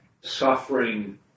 suffering